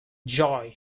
joy